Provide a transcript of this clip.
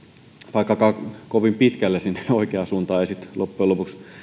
vaikkakaan kovin pitkälle sinne oikeaan suuntaan ei sitten loppujen lopuksi